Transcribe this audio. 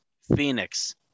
Phoenix